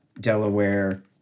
Delaware